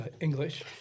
English